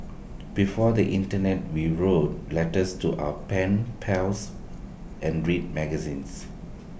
before the Internet we wrote letters to our pen pals and read magazines